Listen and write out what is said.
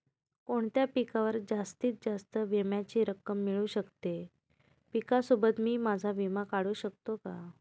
कोणत्या पिकावर जास्तीत जास्त विम्याची रक्कम मिळू शकते? पिकासोबत मी माझा विमा काढू शकतो का?